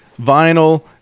vinyl